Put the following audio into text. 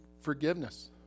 forgiveness